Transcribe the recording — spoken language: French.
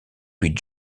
puis